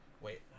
Wait